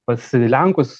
pas lenkus